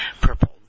purple